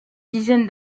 dizaine